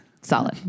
Solid